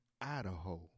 Idaho